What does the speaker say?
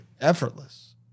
effortless